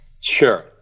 Sure